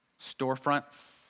storefronts